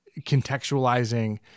contextualizing